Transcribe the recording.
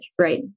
right